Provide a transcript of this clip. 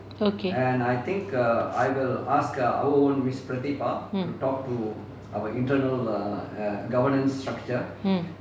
okay mm mm